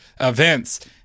events